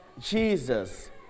Jesus